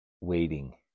waiting